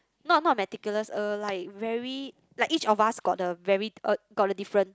not not meticulous uh like very like each of us got the very uh got the different